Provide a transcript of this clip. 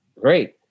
great